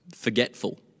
forgetful